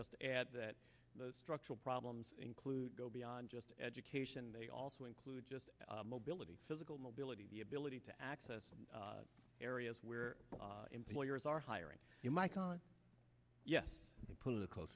just add that those structural problems include go beyond just education they also include just mobility physical mobility the ability to access areas where employers are hiring you michel yes political